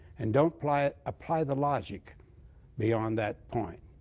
and don't apply ah apply the logic beyond that point.